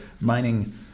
mining